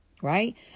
right